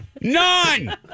none